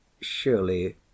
surely